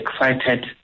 excited